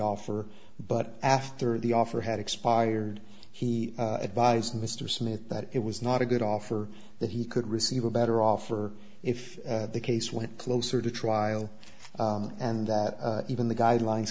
offer but after the offer had expired he advised mr smith that it was not a good offer that he could receive a better offer if the case went closer to trial and that even the guidelines